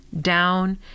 down